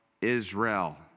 Israel